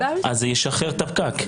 זה ישחרר את הפקק.